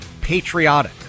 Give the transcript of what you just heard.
patriotic